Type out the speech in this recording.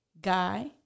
Guy